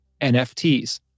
NFTs